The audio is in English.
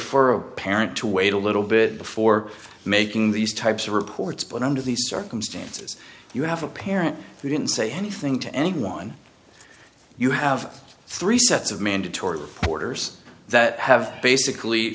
for a parent to wait a little bit before making these types of reports but under these circumstances you have a parent who can say anything to anyone you have three sets of mandatory reporters that have basically